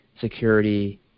security